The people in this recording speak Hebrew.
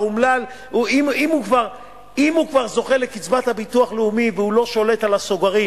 אם הוא כבר זוכה לקצבת הביטוח הלאומי ולא שולט על הסוגרים